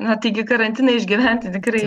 na taigi karantiną išgyventi tikrai